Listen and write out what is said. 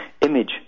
Image